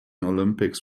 olympics